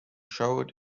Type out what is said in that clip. showed